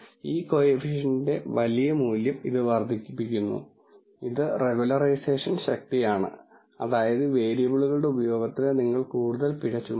ഈ കോഎഫിഷിയെന്റിന്റെ വലിയ മൂല്യം ഇത് വർദ്ധിപ്പിക്കുന്നു അത് റെഗുലറൈസേഷൻ ശക്തിയാണ് അതായത് വേരിയബിളുകളുടെ ഉപയോഗത്തിന് നിങ്ങൾ കൂടുതൽ പിഴ ചുമത്തുന്നു